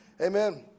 Amen